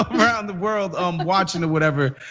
around the world um watching or whatever.